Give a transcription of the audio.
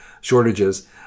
shortages